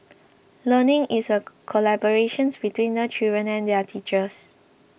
learning is a collaborations between the children and their teachers